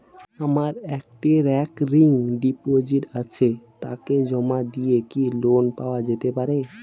আমার একটি recurring deposit আছে তাকে জমা দিয়ে কি লোন পাওয়া যেতে পারে?